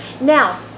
Now